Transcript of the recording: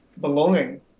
belonging